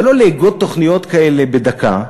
אבל לא להגות תוכניות כאלה בדקה,